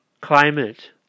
climate